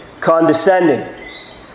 condescending